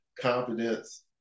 confidence